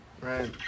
right